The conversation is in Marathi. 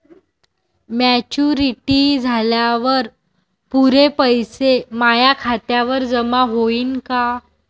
मॅच्युरिटी झाल्यावर पुरे पैसे माया खात्यावर जमा होईन का?